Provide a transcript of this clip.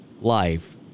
life